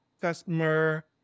customer